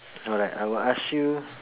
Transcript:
alright I will ask you